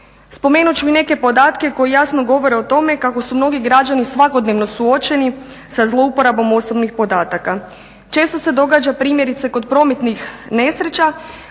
Spomenut ću i neke podatke koji jasno govore o tome kako su mnogi građani svakodnevno suočeni sa zlouporabom osobnih podataka. Često se događa primjerice kod prometnih nesreća